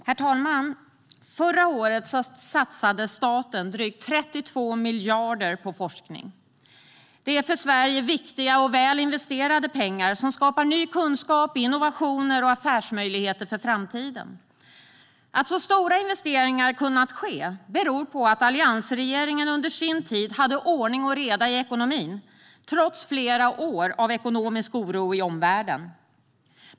Herr talman! Förra året satsade staten drygt 32 miljarder på forskning. Det är för Sverige viktiga och väl investerade pengar som skapar ny kunskap, innovationer och affärsmöjligheter för framtiden. Att så stora investeringar kunnat ske beror på att alliansregeringen under sin tid hade ordning och reda i ekonomin, trots flera år av ekonomisk oro i omvärlden.